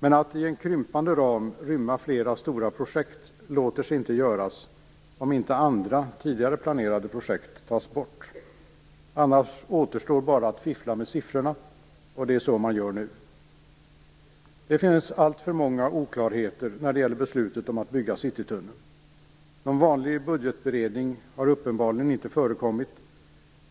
Men att i en krympande ram rymma flera stora projekt låter sig inte göras om inte andra tidigare planerade projekt tas bort. Annars återstår bara att fiffla med siffrorna, och så gör man nu. Det finns alltför många oklarheter när det gäller beslutet om att bygga Citytunneln. Någon vanlig budgetberedning har uppenbarligen inte förekommit.